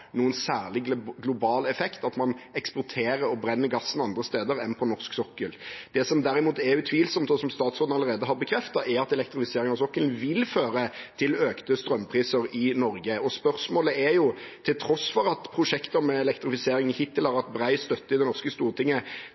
noen særlig global effekt at man eksporterer og brenner gassen andre steder enn på norsk sokkel. Det som derimot er utvilsomt, og som statsråden allerede har bekreftet, er at elektrifisering av sokkelen vil føre til økte strømpriser i Norge. Spørsmålet er: Til tross for at prosjekter med elektrifisering hittil har hatt bred støtte i det norske stortinget,